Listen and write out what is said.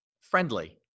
friendly